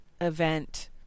event